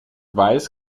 weiß